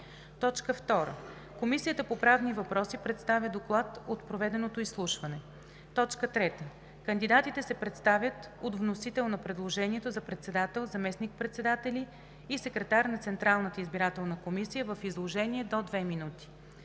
2. Комисията по правни въпроси представя доклад от проведеното изслушване. 3. Кандидатите се представят от вносител на предложението за председател, заместник-председатели и секретар на Централната избирателна комисия в изложение до 2 минути.